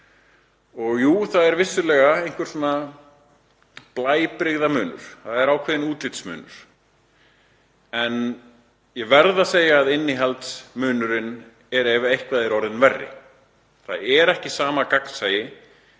Jú, það er vissulega einhver blæbrigðamunur, ákveðinn útlitsmunur, en ég verð að segja að innihaldsmunurinn er, ef eitthvað er, orðinn verri. Það er ekki sama gagnsæi